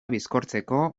bizkortzeko